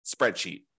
spreadsheet